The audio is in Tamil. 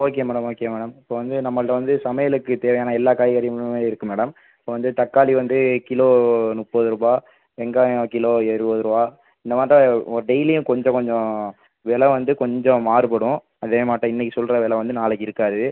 ஓகே மேடம் ஓகே மேடம் இப்போது வந்து நம்மள்ட்ட வந்து சமையலுக்குத் தேவையான எல்லா காய்கறிகளும் இருக்குது மேடம் இப்போது வந்து தக்காளி வந்து கிலோ முப்பதுருபா வெங்காயம் கிலோ இருவதுருவா இந்தமாட்டம் ஒ டெய்லியும் கொஞ்சம் கொஞ்சம் வெலை வந்து கொஞ்சம் மாறுபடும் அதேமாட்டம் இன்னைக்கு சொல்கிற வெலை வந்து நாளைக்கு இருக்காது